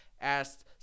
asked